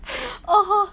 ha ha